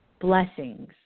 blessings